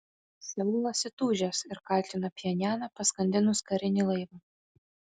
seulas įtūžęs ir kaltina pchenjaną paskandinus karinį laivą